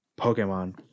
Pokemon